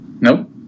Nope